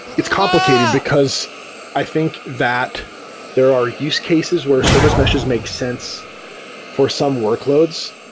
it's complicated, because i think that there are use cases where service meshes make sense for some workloads,